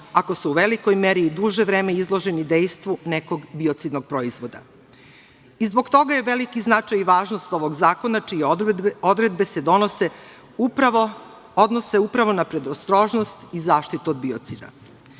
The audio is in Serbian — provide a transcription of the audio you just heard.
ako su u velikoj meri i duže vreme izloženi dejstvu nekog biocidnog proizvoda. Zbog toga je veliki značaj i važnost ovog zakona, čije odredbe se odnose upravo na predostrožnost i zaštitu od biocida. Širok